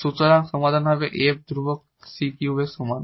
সুতরাং সমাধান হবে 𝑓 ধ্রুবক c3 এর সমান